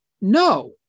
no